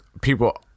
people